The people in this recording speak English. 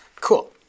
Cool